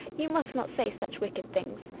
you must not say such wicked things.